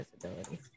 visibility